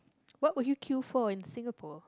what would you queue for in Singapore